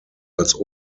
als